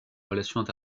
relations